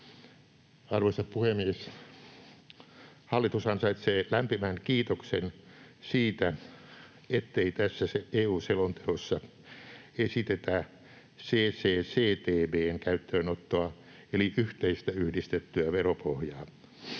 Arvoisa puhemies! Hallitus ansaitsee lämpimän kiitoksen siitä, ettei tässä EU-selonteossa esitetä CCCTB:n käyttöönottoa, eli yhteistä yhdistettyä veropohjaa.